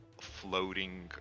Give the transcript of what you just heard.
floating